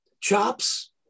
Chops